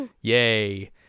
Yay